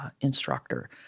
instructor